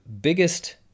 biggest